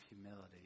humility